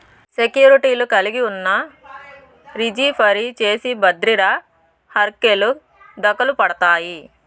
సెక్యూర్టీలు కలిగున్నా, రిజీ ఫరీ చేసి బద్రిర హర్కెలు దకలుపడతాయి